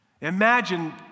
Imagine